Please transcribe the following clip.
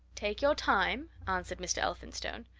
take your time! answered mr. elphinstone.